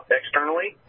externally